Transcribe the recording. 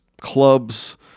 clubs